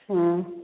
ꯑꯣ